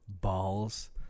balls